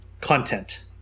content